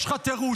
יש לך תירוץ,